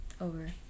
over